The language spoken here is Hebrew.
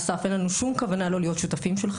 אסף: אין לנו שום כוונה לא להיות שותפים שלך.